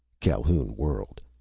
calhoun whirled.